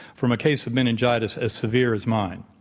from a case of meningitis as severe as mine.